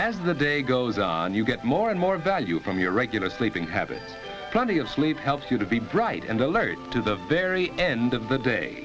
as the day goes on you get more and more value from your regular sleeping habits plenty of sleep helps you to be bright and alert to the very end of the day